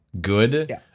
good